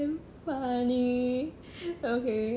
damn funny okay